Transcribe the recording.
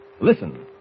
Listen